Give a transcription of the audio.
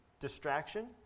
distraction